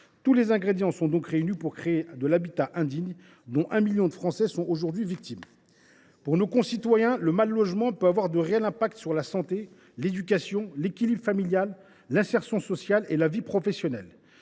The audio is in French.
Tous les ingrédients sont donc réunis pour créer de l’habitat indigne, dont un million de Français sont aujourd’hui victimes. Pour nos concitoyens le mal logement peut avoir de réels effets sur la santé, l’éducation, l’équilibre familial, l’insertion sociale et la vie professionnelle.